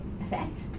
effect